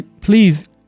please